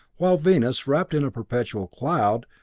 while venus, wrapped in perpetual cloud,